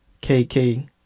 K-K